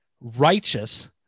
righteous